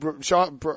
Sean